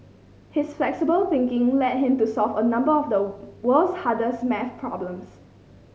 his flexible thinking led him to solve a number of the world's hardest maths problems